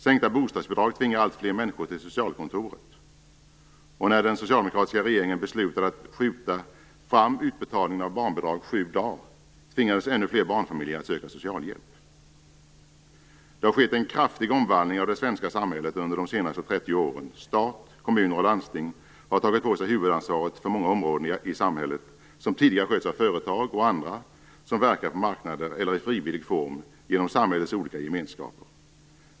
Sänkta bostadsbidrag tvingar alltfler människor till socialkontoren. När den socialdemokratiska regeringen beslutade att senarelägga utbetalningen av barnbidragen sju dagar tvingades ännu fler barnfamiljer att söka socialhjälp. Det har skett en kraftig omvandling av det svenska samhället under de senaste 30 åren. Stat, kommuner och landsting har tagit på sig huvudansvaret för många områden i samhället, som tidigare har skötts av företag och andra som verkar på marknader eller i frivillig form genom samhällets olika gemenskaper.